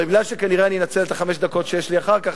אבל אני כנראה אנצל את חמש הדקות שיש לי אחר כך,